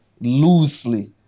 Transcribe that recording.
loosely